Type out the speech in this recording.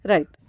Right